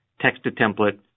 text-to-template